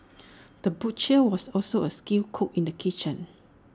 the butcher was also A skilled cook in the kitchen